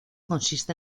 consiste